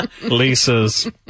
Lisa's